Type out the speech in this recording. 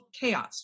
chaos